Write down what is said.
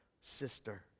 sister